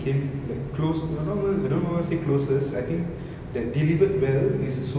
mm I haven't watched it yet ah maybe I'll I I've heard a lot of people raving about it so I think maybe